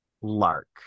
Lark